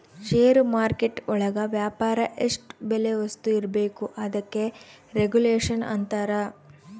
ಷೇರು market ಒಳಗ ವ್ಯಾಪಾರ ಎಷ್ಟ್ ಬೆಲೆ ವಸ್ತು ಇರ್ಬೇಕು ಅದಕ್ಕೆ ರೆಗುಲೇಷನ್ ಅಂತರ